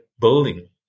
building